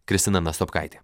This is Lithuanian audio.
kristina nastopkaitė